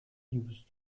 used